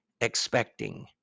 expecting